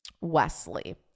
Wesley